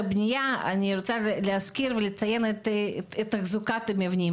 רוצה להזכיר ולציין את נושא תחזוקת המבנים.